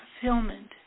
fulfillment